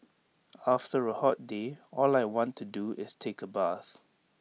after A hot day all I want to do is take A bath